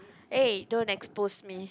eh don't expose me